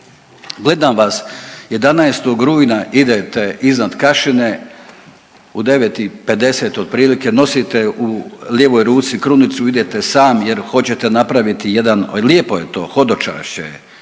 gledam vas 11. rujna idete iznad Kašine u 9 i 50 otprilike nosite u lijevoj ruci krunicu idete sam jer hoćete napraviti jedan, lijepo je to, hodočašće